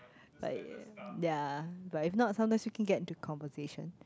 like ya but if not sometimes we can get into conversation